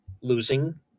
losing